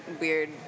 weird